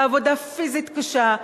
בעבודה פיזית קשה,